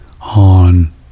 on